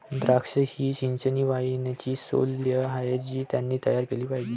द्राक्षे ही चिनी वाइनची शैली आहे जी त्यांनी तयार केली पाहिजे